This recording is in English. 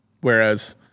Whereas